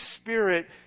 Spirit